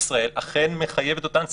בישראל אכן מחייב את אותן סמכויות.